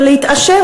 ולהתאשר,